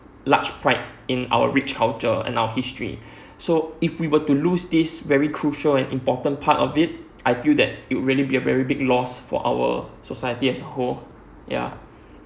large pride in our rich culture and our history so if we were to lose this very crucial and important part of it I feel that it would really be a big loss for our society as a whole ya